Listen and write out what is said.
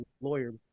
lawyer